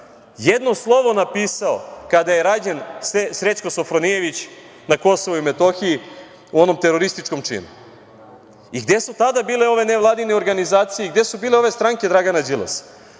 jedno slovo napisao kada je ranjen Srećko Sofronijević na Kosovu i Metohiji u onom terorističkom činu. I gde su tada bile ove nevladine organizacije i gde su bile ove stranke Dragana